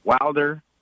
Wilder